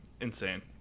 Insane